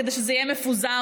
כדי שזה יהיה מפוזר?